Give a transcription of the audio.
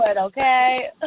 okay